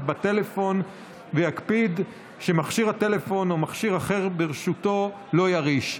בטלפון ויקפיד שמכשיר הטלפון או מכשיר אחר שברשותו לא ירעיש".